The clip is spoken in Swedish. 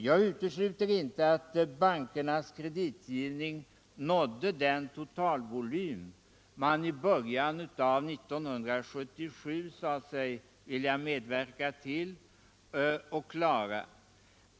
Jag utesluter inte att bankernas kreditgivning nådde den totalvolym man i början av 1977 sade sig vilja medverka till att klara.